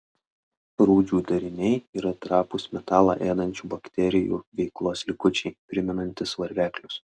rūdžių dariniai yra trapūs metalą ėdančių bakterijų veiklos likučiai primenantys varveklius